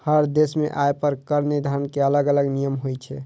हर देश मे आय पर कर निर्धारण के अलग अलग नियम होइ छै